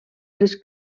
les